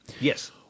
Yes